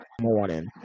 morning